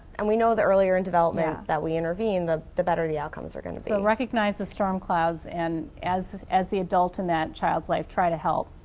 and we know the earlier in development that we intervene the the better the outcomes are going to be. so and recognize the storm clouds and as as the adult in that child's life try to help